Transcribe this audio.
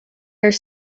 are